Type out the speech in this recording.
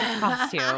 costume